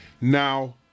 Now